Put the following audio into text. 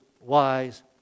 wise